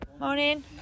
Morning